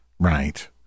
Right